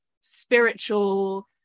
spiritual